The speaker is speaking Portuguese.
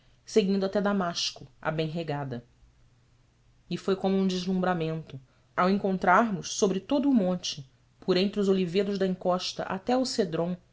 seguindo até damasco a bem regada e foi como um deslumbramento ao encontrarmos sobre todo o monte por entre os olivedos da encosta até ao cédron